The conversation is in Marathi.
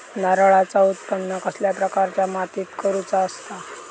नारळाचा उत्त्पन कसल्या प्रकारच्या मातीत करूचा असता?